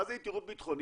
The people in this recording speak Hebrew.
מה זה יתירות ביטחונית?